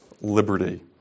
liberty